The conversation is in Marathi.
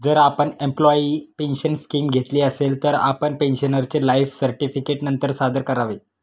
जर आपण एम्प्लॉयी पेन्शन स्कीम घेतली असेल, तर आपण पेन्शनरचे लाइफ सर्टिफिकेट नंतर सादर करावे